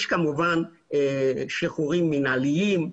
יש כמובן שחרורים מינהליים,